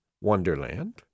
Wonderland